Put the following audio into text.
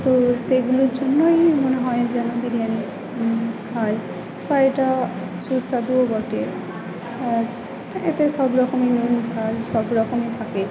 তো সেগুলোর জন্যই মনে হয় যেন বিরিয়ানি খাই বা এটা সুস্বাদুও বটে আর এতে সব রকমই নুন ঝাল সব রকমই থাকে